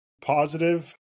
positive